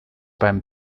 beim